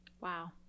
Wow